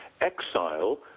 exile